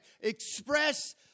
express